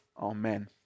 Amen